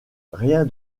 rien